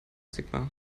sigmar